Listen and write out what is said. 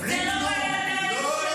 לא יהיה.